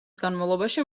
განმავლობაში